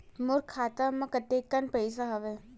मोर खाता म कतेकन पईसा हवय?